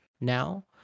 now